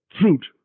fruit